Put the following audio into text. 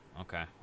okay